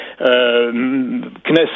Knesset